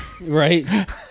right